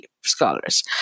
scholars